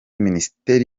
minisiteri